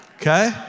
Okay